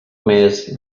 més